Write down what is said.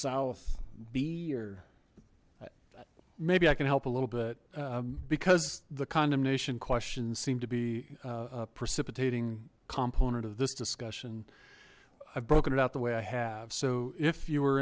south b or maybe i can help a little bit because the condemnation questions seem to be a precipitating component of this discussion i've broken it out the way i have so if you